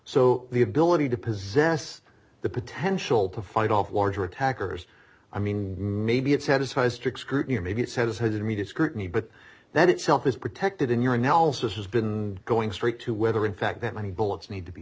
so the ability to possess the potential to fight off larger attackers i mean maybe it satisfies strict scrutiny or maybe it says it has media scrutiny but that itself is protected in your analysis has been going straight to whether in fact that many bullets need to be